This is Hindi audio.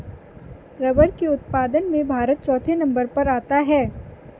रबर के उत्पादन में भारत चौथे नंबर पर आता है